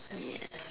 mm ya